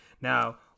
Now